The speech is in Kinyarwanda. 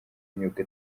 myuga